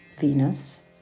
Venus